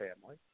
family